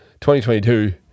2022